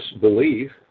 belief